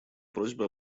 просьба